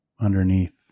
underneath